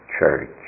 church